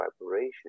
vibration